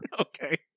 Okay